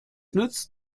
nützt